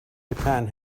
japan